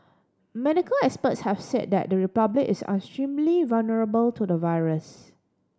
medical experts have said that the Republic is extremely vulnerable to the virus